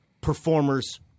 performers